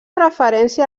referència